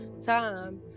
time